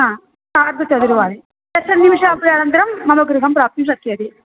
ह सार्धचतुर्वादने तस्य निमेषाः अनन्तरं मम गृहं प्राप्तुं शक्यते